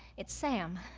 it's sam,